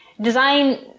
design